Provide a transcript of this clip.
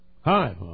Hi